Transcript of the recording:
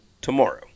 tomorrow